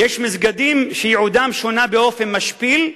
יש מסגדים שייעודם שונה באופן משפיל,